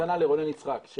שאלה לרונן יצחק.